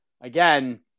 again